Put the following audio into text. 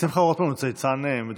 שמחה רוטמן הוא צייצן מדופלם.